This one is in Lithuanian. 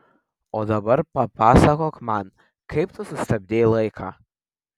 o dabar papasakok man kaip tu sustabdei laiką